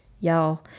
y'all